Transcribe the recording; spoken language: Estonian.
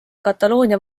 kataloonia